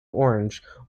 orange